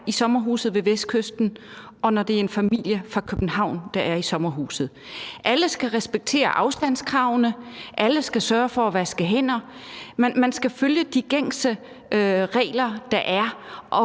i sommerhuset ved Vestkysten, eller om det er en familie fra København, der er i sommerhuset? Alle skal respektere afstandskravene, alle skal sørge for at vaske hænder; man skal følge de gængse regler, der er.